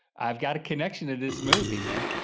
i've got a connection to this movie man.